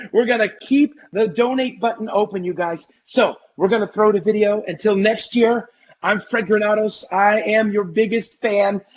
we're going to keep the donate button open you guys. so going to throw to video. until next year i am fred granados i am your biggest fan,